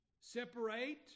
Separate